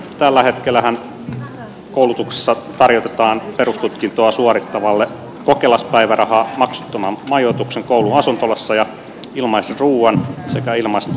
tällä hetkellähän koulutuksessa tarjotaan perustutkintoa suorittavalle kokelaspäivärahaa maksuton majoitus koulun asuntolassa ja ilmainen ruoka sekä ilmainen terveydenhuolto